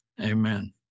Amen